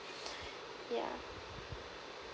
yeah